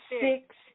six